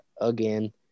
again